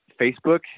Facebook